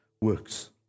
works